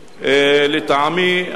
לטעמי,